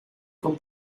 con